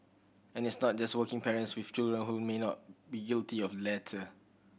and it's not just working parents with children who may not be guilty of latter